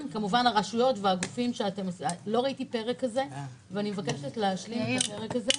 לא ראיתי פרק כזה ואני מבקשת שיהיה פרק כזה.